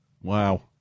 Wow